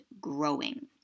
growing